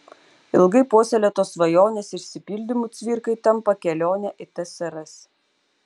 ilgai puoselėtos svajonės išsipildymu cvirkai tampa kelionė į tsrs